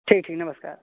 ठीक ठीक नमस्कार